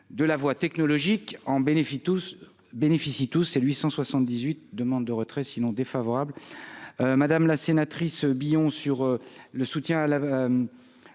de la voie technologique en bénéfi tous bénéficient tous et 878 demande de retrait sinon défavorable, madame la sénatrice Billon sur le soutien à la